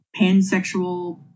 pansexual